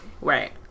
Right